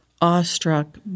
awestruck